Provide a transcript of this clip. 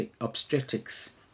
obstetrics